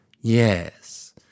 yes